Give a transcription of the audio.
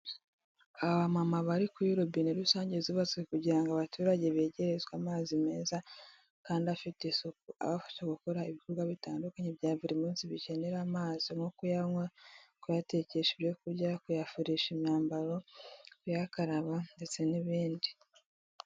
Abamama bari kuri robine rusange zubatswe kugira abaturage begerezwe amazi meza kandi afite isuku, abafasha gukora ibikorwa bitandukanye bya buri munsi bikenera amazi nko kuyanywa, kuyatekesha ibyo kurya, kuyafurisha imyambaro, kuyakaraba ndetse n'ibindi.